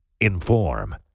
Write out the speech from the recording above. Inform